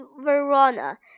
Verona